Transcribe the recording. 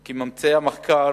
כי ממצאי המחקר